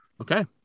okay